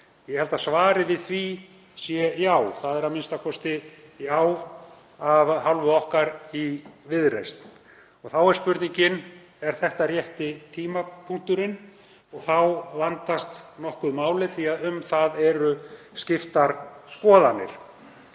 Ég held að svarið við því sé já, það er a.m.k. já af hálfu okkar í Viðreisn. Þá er spurningin: Er þetta rétti tímapunkturinn? Þá vandast málið nokkuð því að um það eru skiptar skoðanir.